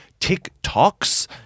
TikToks